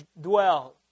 dwell